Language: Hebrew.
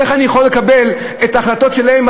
איך אני יכול לקבל את ההחלטות שלהם אם,